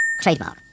Trademark